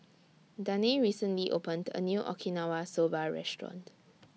Danae recently opened A New Okinawa Soba Restaurant